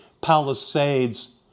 Palisades